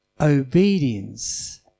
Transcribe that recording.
obedience